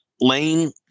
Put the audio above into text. Lane